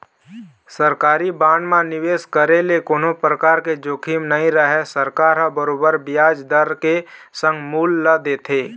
सरकारी बांड म निवेस करे ले कोनो परकार के जोखिम नइ रहय सरकार ह बरोबर बियाज दर के संग मूल ल देथे